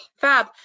Fab